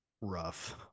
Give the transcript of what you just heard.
rough